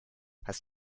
hast